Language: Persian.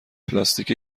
پلاستیک